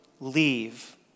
leave